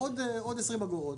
בעוד 20 אגורות.